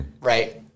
Right